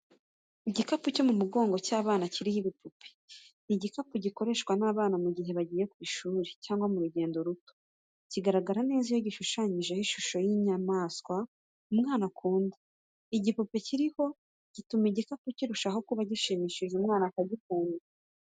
Igikapu cyo mu mugongo cy'abana kiriho igipupe, ni igikapu gikoreshwa n'abana mu gihe bagiye ku ishuri cyangwa mu rugendo ruto. Kigaragara neza iyo gishushanyijeho ishusho y'inyama umwana akunda. Igipupe kiriho gituma igikapu kirushaho kuba gishimishije umwana akagikunda.